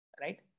right